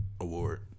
award